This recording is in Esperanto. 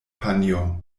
panjo